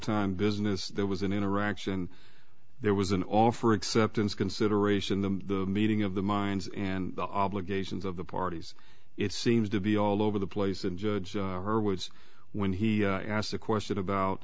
time business there was an interaction there was an offer acceptance consideration the meeting of the minds and the obligations of the parties it seems to be all over the place and judge her words when he asked the question about